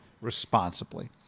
responsibly